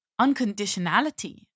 unconditionality